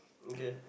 okay